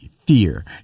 fear